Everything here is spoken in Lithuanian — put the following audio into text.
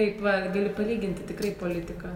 taip va gali palyginti tikrai politiką